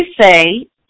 say